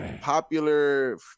popular